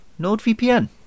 NordVPN